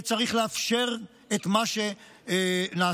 וצריך לאפשר את מה שנעשה,